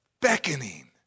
beckoning